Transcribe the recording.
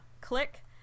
click